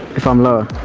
if i am lower.